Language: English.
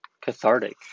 cathartic